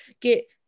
get